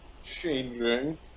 changing